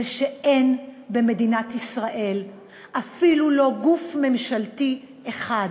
זה שאין במדינת ישראל אפילו לא גוף ממשלתי אחד